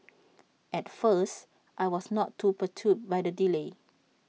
at first I was not too perturbed by the delay